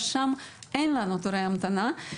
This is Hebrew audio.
אז שם אין לנו תורי המתנה,